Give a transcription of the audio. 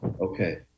Okay